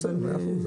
בסדר, מאה אחוז.